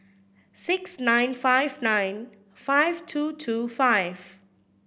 six nine five nine five two two five